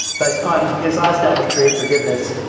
but on his last album, tree of forgiveness,